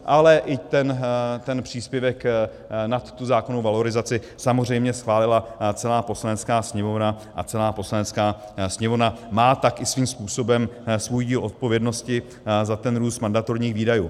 Ale i ten příspěvek nad tu zákonnou valorizaci samozřejmě schválila celá Poslanecká sněmovna a celá Poslanecká sněmovna má tak i svým způsobem svůj díl odpovědnosti za ten růst mandatorních výdajů.